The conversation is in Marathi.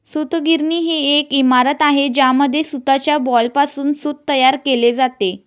सूतगिरणी ही एक इमारत आहे ज्यामध्ये सूताच्या बॉलपासून सूत तयार केले जाते